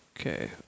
Okay